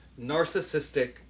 narcissistic